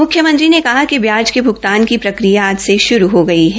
म्ख्यमंत्री ने कहा कि ब्याज के भ्गतान की प्रक्रिया आज से श्रू हो गई है